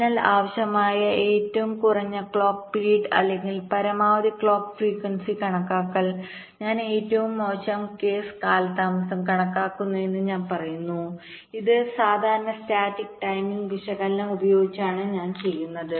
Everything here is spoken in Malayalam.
അതിനാൽ ആവശ്യമായ ഏറ്റവും കുറഞ്ഞ ക്ലോക്ക് പിരീഡ് അല്ലെങ്കിൽ പരമാവധി ക്ലോക്ക് ഫ്രീക്വൻസി കണക്കാക്കാൻ ഞാൻ ഏറ്റവും മോശം കേസ് കാലതാമസം കണക്കാക്കേണ്ടിവരുമെന്ന് ഞാൻ പറയുന്നു ഇത് സാധാരണ സ്റ്റാറ്റിക് ടൈമിംഗ് വിശകലനം ഉപയോഗിച്ചാണ് ഞാൻ ചെയ്യുന്നത്